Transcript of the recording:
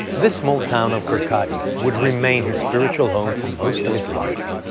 this small town of kirkcaldy would remain his spiritual home for most of his life.